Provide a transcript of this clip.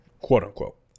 quote-unquote